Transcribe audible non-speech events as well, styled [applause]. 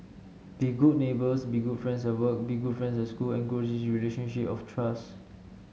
be good neighbours be good friends at work be good friends at school and grow [unintelligible] relationship of trust